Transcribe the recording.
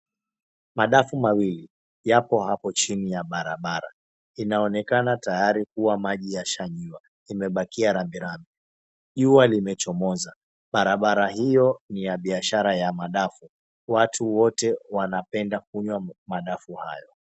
Madafu mawili yapo hapo chini ya barabara. Inaonekana tayari kua maji yashayewa, imebakia rabirabi. Jua limechomoza. Barabara hio ni ya biashara ya madafu. Watu wote wanapenda kunywa madafu hayo.